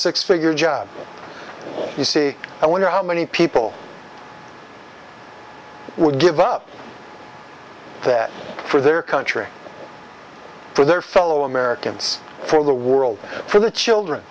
six figure job you see i wonder how many people would give up that for their country for their fellow americans for the world for the children